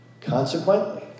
Consequently